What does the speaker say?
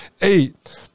Eight